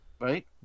Right